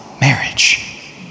marriage